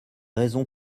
raisons